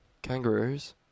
kangaroos